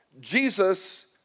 Jesus